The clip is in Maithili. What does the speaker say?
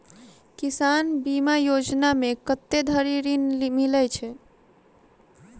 किसान बीमा योजना मे कत्ते धरि ऋण मिलय छै?